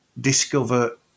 discover